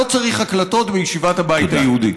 לא צריך הקלטות מישיבת הבית היהודי.